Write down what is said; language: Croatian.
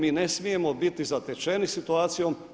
Mi ne smijemo biti zatečeni situacijom.